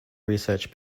research